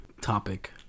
topic